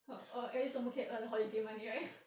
!huh! oh at least 我们可以 earn holiday money right